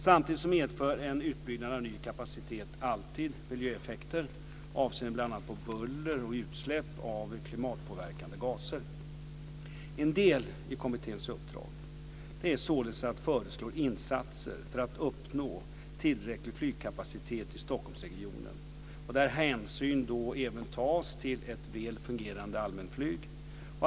Samtidigt medför en utbyggnad av ny kapacitet alltid miljöeffekter avseende bl.a. buller och utsläpp av klimatpåverkande gaser. En del i kommitténs uppdrag är således att föreslå insatser för att uppnå tillräcklig flygplatskapacitet i Stockholmsregionen, där hänsyn även tas till ett väl fungerande allmänflyg.